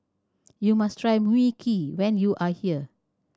you must try Mui Kee when you are here